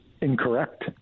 incorrect